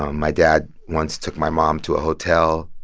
um my dad once took my mom to a hotel.